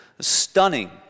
stunning